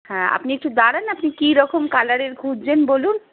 হ্যাঁ আপনি একটু দাঁড়ান আপনি কি রকম কালারের খুঁজছেন বলুন